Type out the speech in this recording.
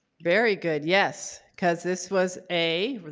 very good. yes, because this was a